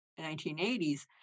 1980s